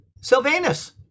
Sylvanus